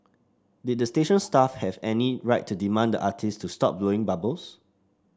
did the station staff have any right to demand the artist to stop blowing bubbles